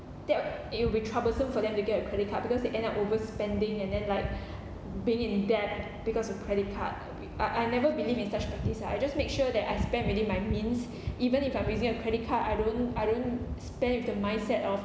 that it will be troublesome for them to get a credit card because they end up overspending and then like being in debt because of credit card I I never believe in such practice ah I just make sure that I spend within my means even if I'm using a credit card I don't I don't spend it with the mindset of